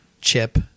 chip